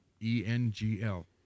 E-N-G-L